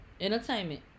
Entertainment